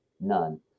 none